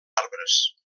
arbres